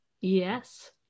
Yes